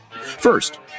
First